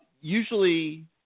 usually